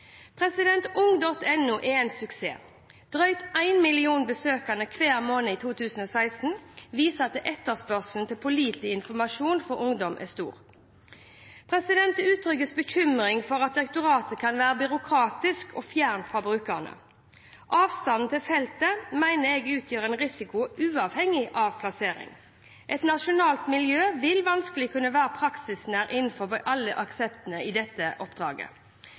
er en suksess. Drøyt en million besøkende hver måned i 2016 viser at etterspørselen etter pålitelig informasjon for ungdom er stor. Det uttrykkes bekymring for at direktoratet kan være byråkratisk og fjernt fra brukerne. Avstanden til feltet mener jeg utgjør en risiko uavhengig av plassering. Et nasjonalt miljø vil vanskelig kunne være praksisnært innenfor alle aspektene i dette oppdraget.